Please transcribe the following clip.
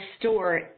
store